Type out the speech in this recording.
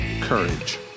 courage